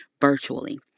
virtually